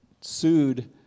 sued